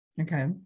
Okay